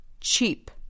Cheap